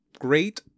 great